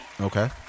Okay